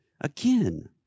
Again